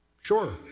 sure,